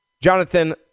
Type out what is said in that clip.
Jonathan